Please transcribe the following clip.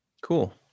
Cool